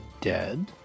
dead